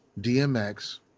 DMX